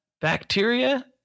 bacteria